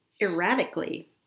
erratically